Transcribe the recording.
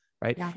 Right